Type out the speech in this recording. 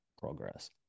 progress